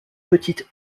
petites